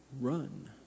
run